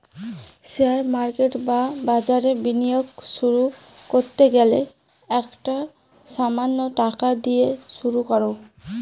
share market বা বাজারে বিনিয়োগ শুরু করতে গেলে একটা সামান্য টাকা দিয়ে শুরু করো